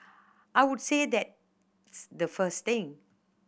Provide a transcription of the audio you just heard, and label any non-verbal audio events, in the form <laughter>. I would say that <unintelligible> the first thing